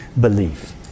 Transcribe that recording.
belief